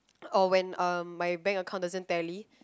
or when uh my bank account doesn't tally